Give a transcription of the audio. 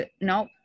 Nope